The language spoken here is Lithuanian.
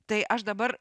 tai aš dabar